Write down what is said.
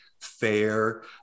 fair